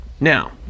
Now